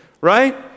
right